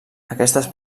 aquestes